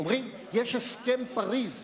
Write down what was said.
אומרים: יש הסכם פריס מ-1994,